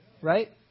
Right